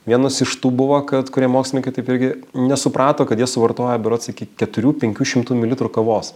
vienas iš tų buvo kad kurie mokslininkai taip irgi nesuprato kad jie suvartoja berods iki keturių penkių šimtų militrų kavos